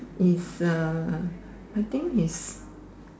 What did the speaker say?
it's uh I think he's